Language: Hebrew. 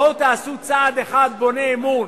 בואו תעשו צעד אחד בונה אמון.